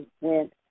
went